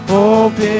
Hope